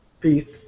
Peace